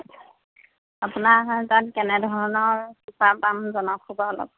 আপোনাৰ তাত কেনেধৰণৰ চোফা পাম জনাক জনাকচোন বা অলপ